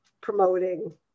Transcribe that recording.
promoting